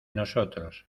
nosotros